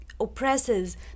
oppresses